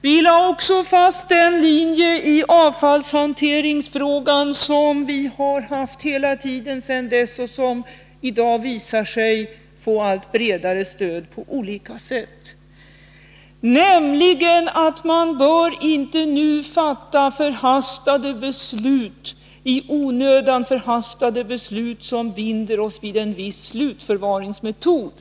Vi lade också fast den linje i avfallshanteringsfrågan som vi har följt hela tiden sedan dess och som i dag visat sig få allt bredare stöd på olika sätt. Den innebär att vi inte nu bör fatta i onödan förhastade beslut som binder oss vid en viss slutförvaringsmetod.